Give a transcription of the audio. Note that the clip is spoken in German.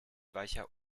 weicher